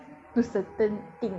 then how to react